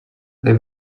they